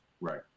right